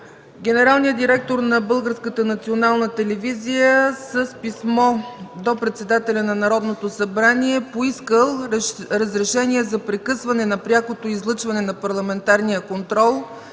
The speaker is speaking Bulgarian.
национална телевизия с писмо до председателя на Народното събрание е поискал разрешение за прекъсване на прякото излъчване на парламентарния контрол